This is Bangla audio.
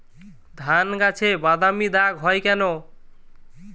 ধানগাছে বাদামী দাগ হয় কেন?